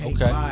Okay